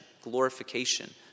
Glorification